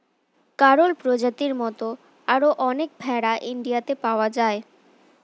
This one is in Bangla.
গাড়ল প্রজাতির মত আরো অনেক ভেড়া ইন্ডিয়াতে পাওয়া যায়